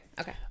okay